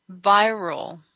viral